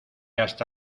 hasta